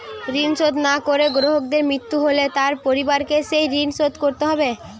ঋণ শোধ না করে গ্রাহকের মৃত্যু হলে তার পরিবারকে সেই ঋণ শোধ করতে হবে?